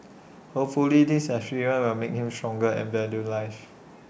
hopefully this experience will make him stronger and value life